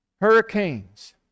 hurricanes